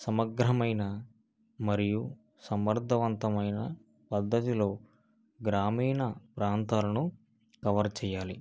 సమగ్రమైన మరియు సమర్థవంతమైన పద్ధతిలో గ్రామీణ ప్రాంతాలను కవర్ చేయాలి